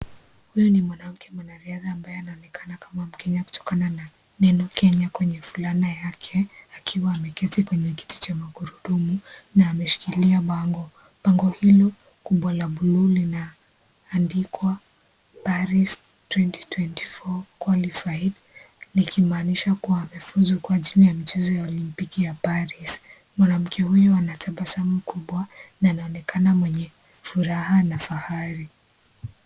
Huyu ni mwanamke mwanariadha ambaye anaonekana kama mkenya kutokana na neno Kenya kwenye fulana yake akiwa ameketi kwenye kiti cha magurudumu na ameshikilia bango . Bango hilo kubwa la blu lina andikwa Paris twenty twenty four qualified likimaanisha kuwa amefuzu kwa ajili ya michezo ya olimpiki ya Paris . Mwanamke huyu anatabasamu kubwa na anaonekana mwenye furaha na fahari .